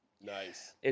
Nice